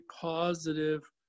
positive